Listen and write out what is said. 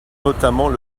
notamment